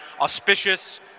auspicious